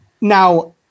Now